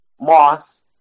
Moss